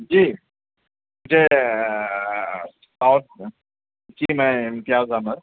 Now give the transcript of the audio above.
جی جی میں امتیاز احمد